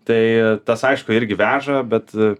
tai tas aišku irgi veža bet